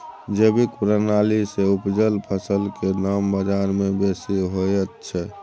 जैविक प्रणाली से उपजल फसल के दाम बाजार में बेसी होयत छै?